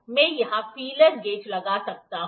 मैं यहां feeler gauge लगा सकता हूं